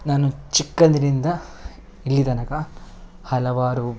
ನಾನು ಚಿಕ್ಕಂದಿನಿಂದ ಇಲ್ಲಿಯ ತನಕ ಹಲವಾರು